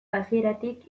hasieratik